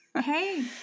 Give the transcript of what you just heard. Hey